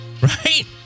Right